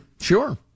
Sure